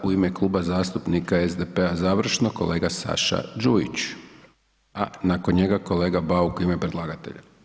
Sada u ime Kluba zastupnika SDP-a završno kolega Saša Đujić, a nakon njega kolega Bauk u ime predlagatelja.